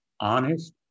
honest